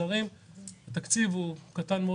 התקציב הוא קטן מאוד,